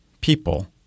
people